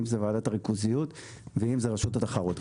אם זו ועדת הריכוזיות ואם זה רשות התחרות.